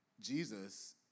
Jesus